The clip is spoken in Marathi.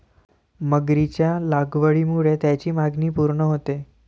मगरीच्या लागवडीमुळे त्याची मागणी पूर्ण होते